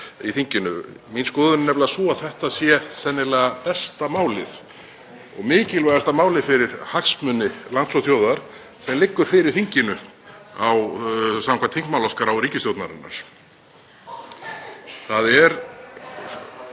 í þinginu. Mín skoðun er nefnilega sú að þetta sé sennilega besta málið og mikilvægasta málið fyrir hagsmuni lands og þjóðar sem liggur fyrir þinginu samkvæmt þingmálaskrá ríkisstjórnarinnar. Það eru